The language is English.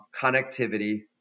connectivity